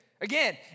Again